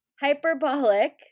Hyperbolic